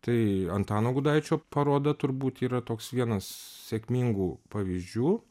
tai antano gudaičio paroda turbūt yra toks vienas sėkmingų pavyzdžių